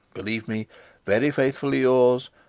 believe me very faithfully yours,